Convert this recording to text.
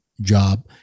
job